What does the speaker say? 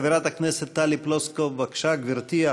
חברת הכנסת טלי פלוסקוב, בבקשה, גברתי.